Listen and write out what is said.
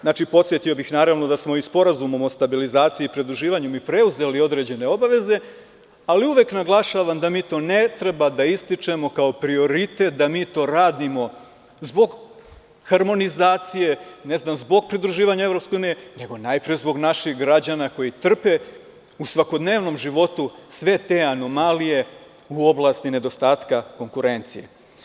Znači, podsetio bih naravno, da smo Sporazumom o stabilizaciji i pridruživanju preuzeli određene obaveze, ali uvek naglašavam da mi to ne treba da ističemo kao prioritet, da mi to radimo zbog harmonizacije, ne znam zbog pridruživanja EU, nego najpre zbog naših građana koji trpe u svakodnevnom životu, sve te anomalije u oblasti nedostatka konkurencije.